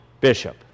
Bishop